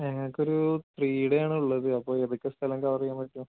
ഞങ്ങള്ക്കൊരു three ഡേയാണുള്ളത് അപ്പോള് ഏതൊക്കെ സ്ഥലം കവര് ചെയ്യാന് പറ്റും